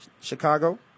Chicago